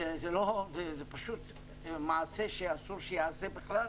זה פשוט מעשה שאסור שייעשה בכלל.